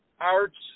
arts